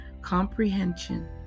comprehension